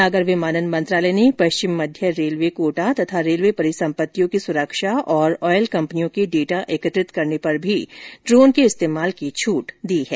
नागर विमानन मंत्रालय ने पश्चिम मध्य रेलवे कोटा तथा रेलवे परिसंपत्तियों की सुरक्षा और ऑयल कंपनियों के डेटा एकत्रित करने पर भी ड्रोन के इस्तेमाल की छूट दी है